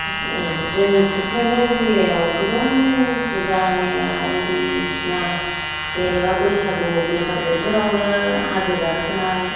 जोंनि क'क्राझार जिल्ला आव गोबां फुजा मेला बायदिसिना जेनेबा बैसागु बैसाग बोथोरावनो हाजो गाखोनाय